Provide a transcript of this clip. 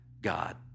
God